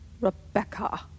Rebecca